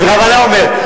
אני בכוונה אומר.